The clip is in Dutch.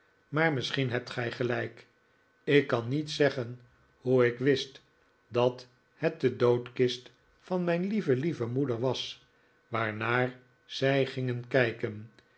maar misschien hebt gij gelijk ik kan niet zeggen hoe ik wist dat het de doodkist van mijn lieve lieve moeder was waarnaar zij gingen kijken